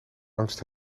angst